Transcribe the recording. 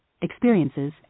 experiences